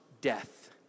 death